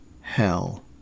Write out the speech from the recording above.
hell